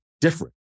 different